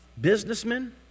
Businessmen